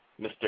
Mr